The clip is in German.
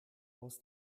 aus